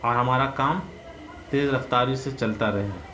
اور ہمارا کام تیز رفتاری سے چلتا رہے